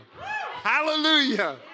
Hallelujah